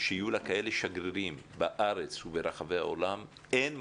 שיהיו לה כאלה שגרירים בארץ וברחבי העולם אין מנוס,